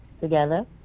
together